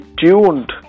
tuned